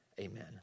amen